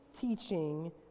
teaching